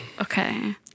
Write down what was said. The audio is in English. Okay